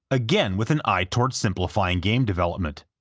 again with an eye toward simplifying game development.